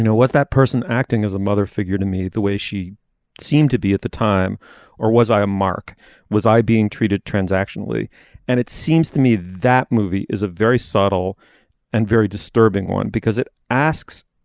you know was that person acting as a mother figure to me. the way she seemed to be at the time or was i a mark was i being treated transaction early and it seems to me that movie is a very subtle and very disturbing one because it asks